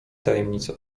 tajemnica